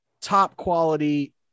top-quality